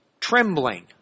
trembling